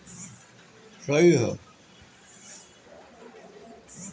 organic कपड़ा चाहे herbal fashion, बांस के फैब्रिक के चलन खूब बाटे